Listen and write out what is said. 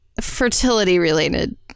fertility-related